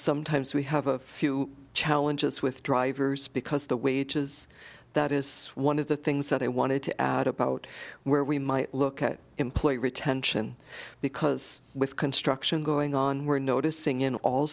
sometimes we have a few challenges with drivers because the wages that is one of the things that i wanted to add about where we might look at employee retention because with construction going on we're noticing in all